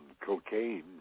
cocaine